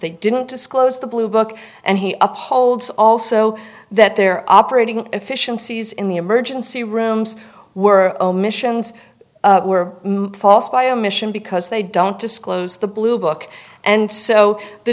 they didn't disclose the blue book and he up holds also that they're operating efficiencies in the emergency rooms were omissions were false by omission because they don't disclose the blue book and so the